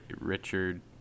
Richard